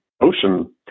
ocean